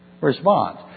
response